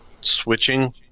switching